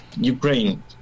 ukraine